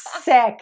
sick